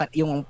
yung